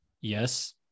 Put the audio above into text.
Yes